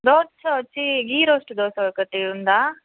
roast వచ్చి ghee roast dosa ఒకటి ఉందా